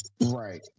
Right